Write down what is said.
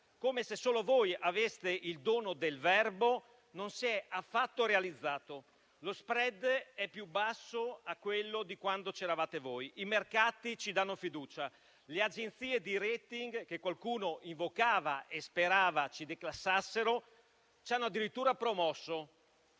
come se solo voi aveste il dono del verbo, non si è affatto realizzato. Lo *spread* è più basso rispetto a quello di quando c'eravate voi, i mercati ci danno fiducia e le agenzie di *rating*, che qualcuno invocava e sperava ci declassassero, ci hanno addirittura promosso.